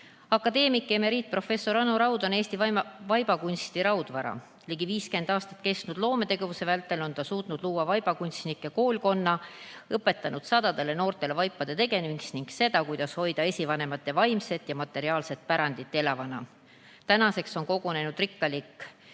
Akadeemik ja emeriitprofessor Anu Raud on Eesti vaibakunsti raudvara. Ligi 50 aastat kestnud loometegevuse vältel on ta suutnud luua vaibakunstnike koolkonna, õpetanud sadadele noortele vaipade tegemist ning seda, kuidas hoida esivanemate vaimset ja materiaalset pärandit elavana. Tänaseks on kogunenud rikkalik